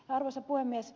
arvoisa puhemies